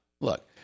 Look